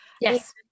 Yes